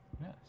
Yes